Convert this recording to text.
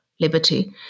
liberty